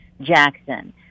Jackson